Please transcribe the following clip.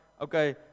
okay